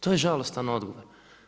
To je žalostan odgovor.